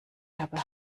habe